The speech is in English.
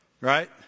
right